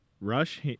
Rush